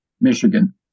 Michigan